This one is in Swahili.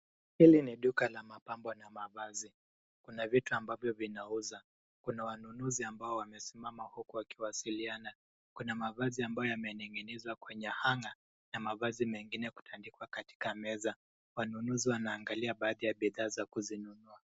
Hili ni duka la mapambo na mavazi. Kuna vitu ambavyo vinauza. Kuna wanunuzi ambao wamesimama huku wakiwasiliana. Kuna mavazi ambayo yamening'inizwa kwenye hanger na mavazi mengine kutandikwa kwenye meza. Wanunuzi wanaangalia baadhi ya bidhaa za kuzinunua.